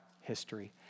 history